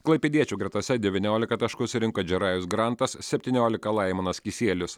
klaipėdiečių gretose devyniolika taškų surinko džerajus grantas septyniolika laimonas kisielius